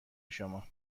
شما